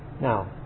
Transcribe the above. Now